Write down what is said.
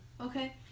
okay